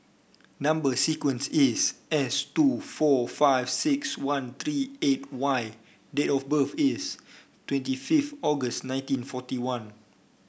number sequence is S two four five six one three eight Y date of birth is twenty five August nineteen forty one